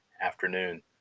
afternoon